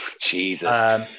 Jesus